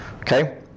Okay